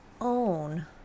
own